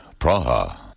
Praha